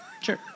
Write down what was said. Sure